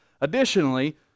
Additionally